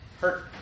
hurt